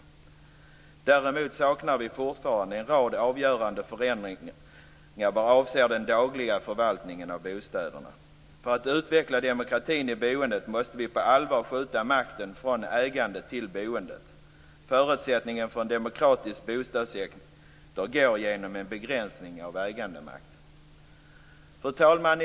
Däremot saknar vi fortfarande en rad avgörande förändringar vad avser den dagliga förvaltningen av bostäderna. För att utveckla demokratin i boendet måste vi på allvar förskjuta makten från ägandet till boendet. Förutsättningen för en demokratisk bostadssektor är en begränsning av ägandemakten. Fru talman!